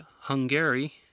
Hungary